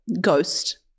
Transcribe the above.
ghost